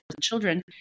children